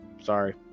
Sorry